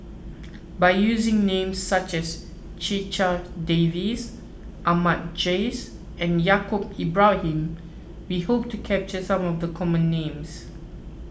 by using names such as Checha Davies Ahmad Jais and Yaacob Ibrahim we hope to capture some of the common names